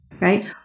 right